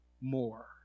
more